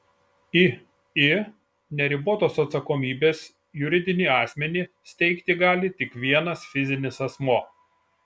iį neribotos atsakomybės juridinį asmenį steigti gali tik vienas fizinis asmuo